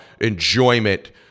enjoyment